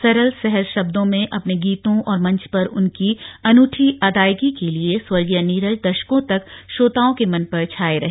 सरल सहज शब्दों में अपने गीतों और मंच पर उनकी अनूठी अदायगी के लिए स्वर्गीय नीरज दशकों तक श्रोताओं के मन पर छाये रहे